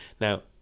Now